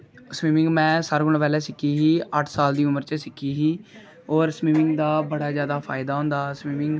swimming में सारे कोला पैंहले सिक्खी ही अट्ठ साल दी उमर च सिक्खी ही औऱ स्विमिंग दा बड़ा ज्यादा फायदा होंदा स्बिमिंग दा